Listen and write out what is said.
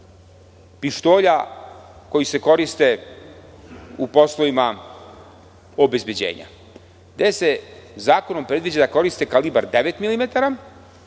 pištolja koji se koriste u poslovima obezbeđenja. Zakonom se predviđa da koriste kalibar devet